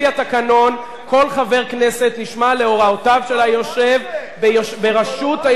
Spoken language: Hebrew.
כל חבר כנסת נשמע להוראותיו של היושב בראשות,